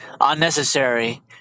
unnecessary